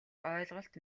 ойлголт